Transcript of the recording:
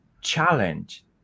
challenge